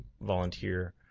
volunteer